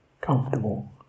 Comfortable